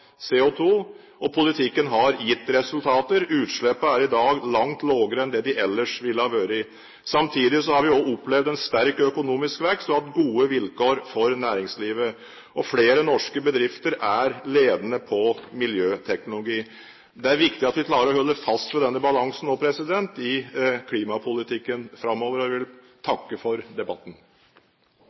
og politikken har gitt resultater. Utslippene er i dag langt lavere enn de ellers ville ha vært. Samtidig har vi også opplevd en sterk økonomisk vekst og hatt gode vilkår for næringslivet. Flere norske bedrifter er ledende på miljøteknologi. Det er viktig at vi klarer å holde fast ved denne balansen i klimapolitikken framover. Jeg vil takke for debatten.